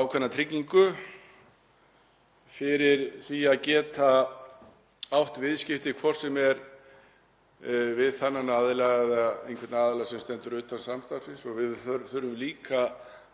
ákveðna tryggingu fyrir því að geta átt viðskipti, hvort sem er við þennan aðila eða einhvern aðila sem stendur utan samstarfsins, og við þurfum líka